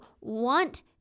want